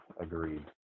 agreed